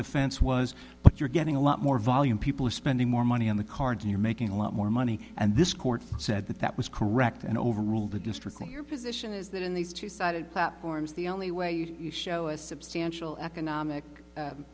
defense was but you're getting a lot more volume people are spending more money on the card and you're making a lot more money and this court said that that was correct and overruled the district that your position is that in these two sided platforms the only way you show a substantial economic